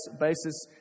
basis